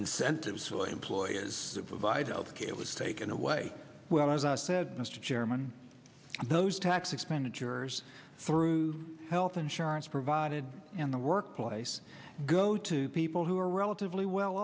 incentives for employers to provide health care was taken away well as i said mr chairman those tax expenditures through health insurance provided in the workplace go to people who are relatively well